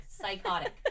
psychotic